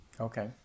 okay